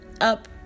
up